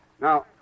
Now